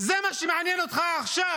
זה מה שמעניין אותך עכשיו,